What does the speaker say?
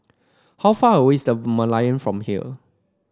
how far away is The Merlion from here